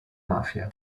mafia